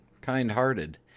kind-hearted